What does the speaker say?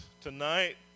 tonight